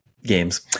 games